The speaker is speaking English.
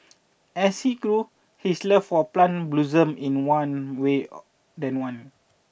as he grew his love for plant blossomed in one way than one